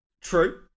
True